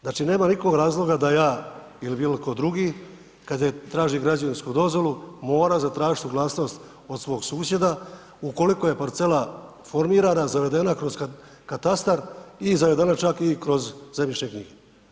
Znači nema nikog razloga da ja ili bilo tko drugi kada tražim građevinsku dozvolu mora zatražit suglasnost od svog susjeda ukoliko je parcela formirana, zavedena kroz katastar, i zavedena čak i kroz zemljišne knjige.